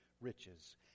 riches